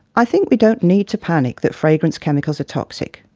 i think we don't need to panic that fragrance chemicals are toxic.